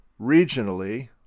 regionally